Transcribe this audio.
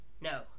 no